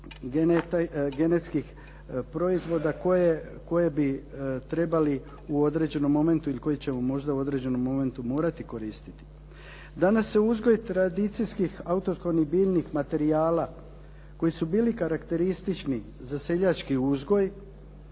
genetskih proizvoda koje bi trebali u određenom momentu ili koje ćemo možda u određenom momentu morati koristiti. Danas se uzgoj tradicijskih, autohtonih, biljnih materijala koji su bili karakteristični za seljački uzgoj